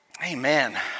Amen